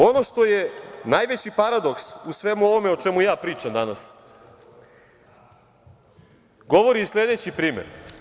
Ono što je najveći paradoks u svemu ovome o čemu ja pričam danas govori i sledeći primer.